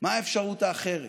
מהי האפשרות האחרת,